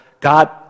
God